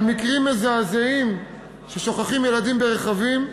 על מקרים מזעזעים ששוכחים ילדים ברכבים,